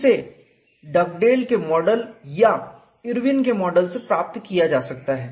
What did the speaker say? इसे डगडेल के मॉडल या इरविन के मॉडल से प्राप्त किया जा सकता है